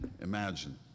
Imagine